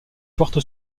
porte